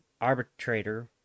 arbitrator